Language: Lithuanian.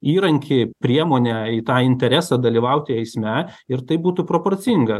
įrankį priemonę į tą interesą dalyvauti eisme ir tai būtų proporcinga